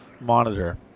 monitor